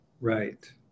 Right